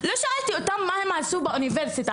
לא שאלת אותה מה הם עשו באוניברסיטה.